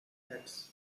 pets